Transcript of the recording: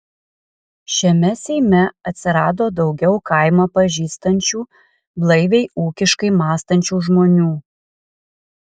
šiame seime atsirado daugiau kaimą pažįstančių blaiviai ūkiškai mąstančių žmonių